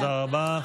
תודה רבה.